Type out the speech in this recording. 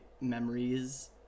memories